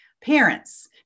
Parents